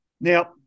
Now